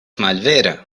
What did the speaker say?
malvera